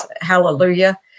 hallelujah